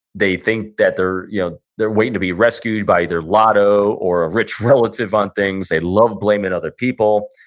they think that they're yeah they're waiting to be rescued by their lotto, or a rich relative on things. they love blaming other people.